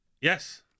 yes